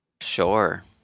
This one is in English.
Sure